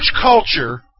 culture